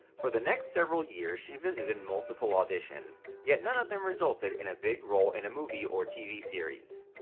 for the next several years she visited multiple auditions, yet none of them resulted in a big role in a movie or tv series.